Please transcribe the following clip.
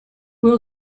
will